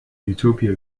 utopia